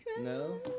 No